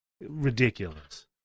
ridiculous